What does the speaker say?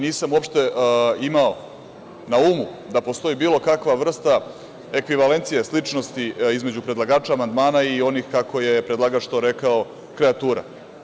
Nisam uopšte imao na umu da postoji bilo kakva vrsta ekvivalencije, sličnosti između predlagača amandmana i onih, kako je predlagač to rekao, kreatura.